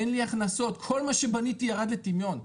אין לי הכנסות, כל מה שבניתי ירד לטמיון.